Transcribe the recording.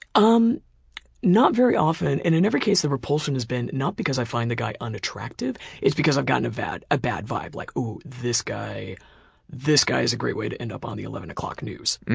um not very often. and in every case the repulsion has been not because i find the guy unattractive, it's because i've gotten a bad a bad vibe like, ooh, this guy this guy is a great way to end up on the eleven o'clock news.